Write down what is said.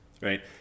right